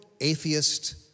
atheist